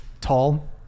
Tall